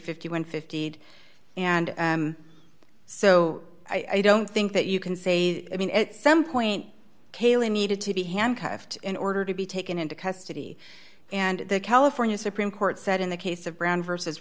and fifty and so i don't think that you can say i mean at some point caylee needed to be handcuffed in order to be taken into custody and the california supreme court said in the case of brown versus